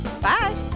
Bye